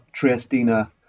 Triestina